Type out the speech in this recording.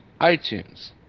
iTunes